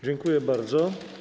Dziękuję bardzo.